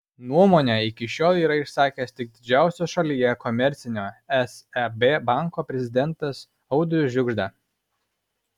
nuomonę iki šiol yra išsakęs tik didžiausio šalyje komercinio seb banko prezidentas audrius žiugžda